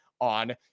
on